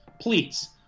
please